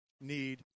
need